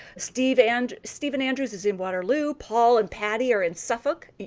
stephen and stephen andrews is in waterloo, paul and patti are in suffolk,